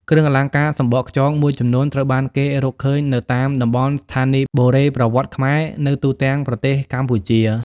គ្រឿងអលង្ការសំបកខ្យងមួយចំនួនត្រូវបានគេរកឃើញនៅតាមតំបន់ស្ថានីយ៍បុរេប្រវត្តិខ្មែរ នៅទូទាំងប្រទេសកម្ពុជា។